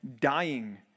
dying